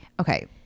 okay